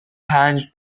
پنج